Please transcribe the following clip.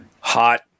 hot